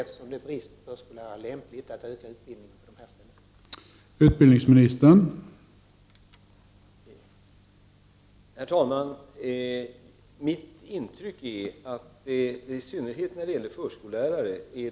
Eftersom det råder brist på förskollärare vore det lämpligt att öka antalet utbildningsplatser på de orterna.